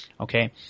Okay